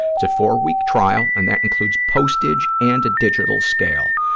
it's a four-week trial, and that includes postage and digital scale.